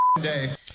day